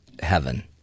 heaven